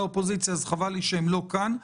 לאופוזיציה אז חבל לי שאנשיה לא כאן.